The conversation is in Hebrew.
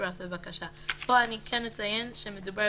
ותצורף לבקשה."; פה אני אציין שמדובר